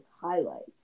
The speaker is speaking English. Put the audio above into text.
highlights